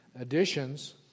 additions